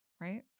right